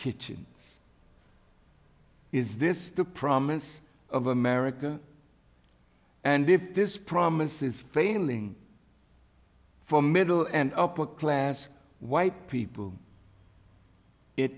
kitchens is this the promise of america and if this promise is failing for middle and upper class white people it